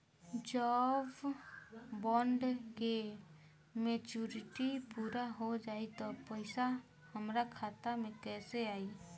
जब बॉन्ड के मेचूरिटि पूरा हो जायी त पईसा हमरा खाता मे कैसे आई?